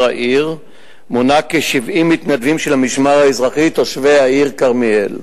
העיר" מונה כ-70 מתנדבים של המשמר האזרחי תושבי העיר כרמיאל.